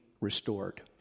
restored